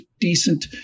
decent